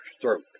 throat